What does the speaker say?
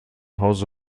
hause